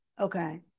okay